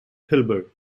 hilbert